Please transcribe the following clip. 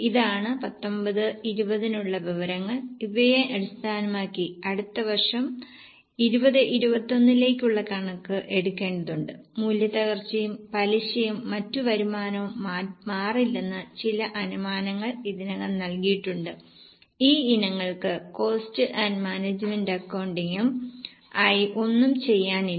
ഇതാണ് 19 20 നുള്ള വിവരങ്ങൾ ഇവയെ അടിസ്ഥാനമാക്കി അടുത്ത വർഷം 20 21 ലേക്ക് കണക്ക് എടുക്കേണ്ടതുണ്ട് മൂല്യത്തകർച്ചയും പലിശയും മറ്റ് വരുമാനവും മാറില്ലെന്ന് ചില അനുമാനങ്ങൾ ഇതിനകം നൽകിയിട്ടുണ്ട് ഈ ഇനങ്ങൾക്ക് കോസ്റ്റ് ആൻഡ് മാനേജ്മെന്റ് അക്കൌണ്ടിംഗും ആയി ഒന്നും ചെയ്യാനില്ല